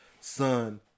Son